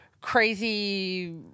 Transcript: crazy